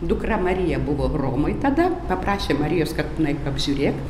dukra marija buvo romoj tada paprašė marijos kad nueik apžiūrėk